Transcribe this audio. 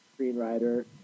screenwriter